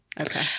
Okay